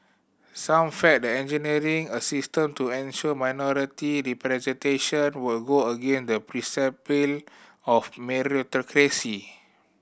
some felt that engineering a system to ensure minority representation will go against the of meritocracy